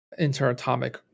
interatomic